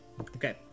okay